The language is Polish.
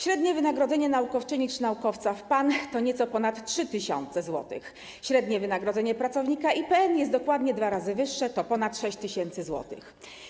Średnie wynagrodzenie naukowczyni czy naukowca w PAN to nieco ponad 3 tys. zł, średnie wynagrodzenie pracownika jest dokładnie dwa razy wyższe, to ponad 6 tys. zł.